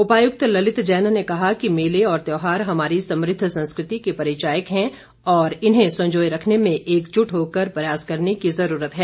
उपायुक्त ललित जैन ने कहा कि मेले और त्यौहार हमारी समृद्ध संस्कृति के परिचायक हैं और जिन्हें संजोए रखने में एकजुट होकर प्रयास करने की जरूरत है